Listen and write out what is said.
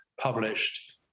published